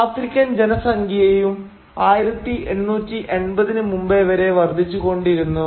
African ജനസംഖ്യയും 1880 ന് മുമ്പേ വരെ വർദ്ധിച്ചുകൊണ്ടിരുന്നു